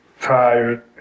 Tired